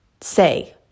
say